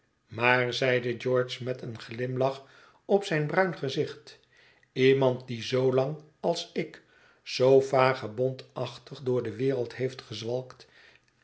maar zeide george met een glimlach op zijn bruin gezicht iemand die zoo lang als ik zoo vagebondachtig door de wereld heeft gezwalkt